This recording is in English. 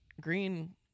Green